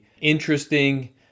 interesting